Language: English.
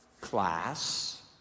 class